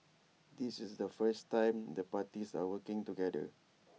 this is the first time the parties are working together